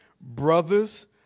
brothers